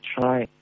try